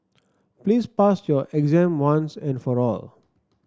please pass your exam once and for all